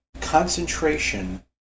concentration